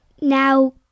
Now